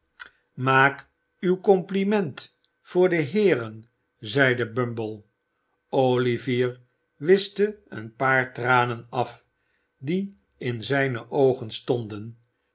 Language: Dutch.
maak uw compliment voor de heeren zeide bumble olivier wischte een paar tranen af die in zijne oogen stonden